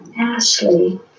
Ashley